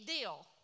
deal